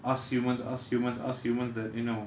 us humans us humans us humans that you know